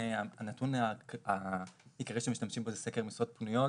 הנתון העיקרי שמשתמשים בו הוא סקר משרות פנויות